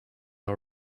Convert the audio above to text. all